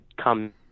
come